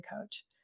coach